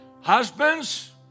Husbands